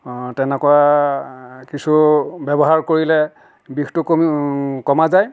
তেনেকুৱা কিছু ব্যৱহাৰ কৰিলে বিষটো কমি কমা যায়